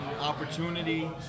opportunity